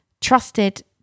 trusted